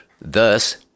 thus